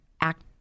act